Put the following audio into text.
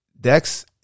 Dex